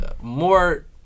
more